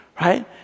right